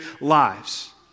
lives